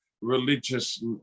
religious